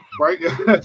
Right